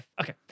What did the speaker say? okay